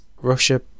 Russia